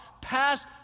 past